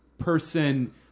person